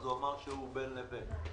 אז הוא אמר שהוא בין לבין.